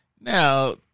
now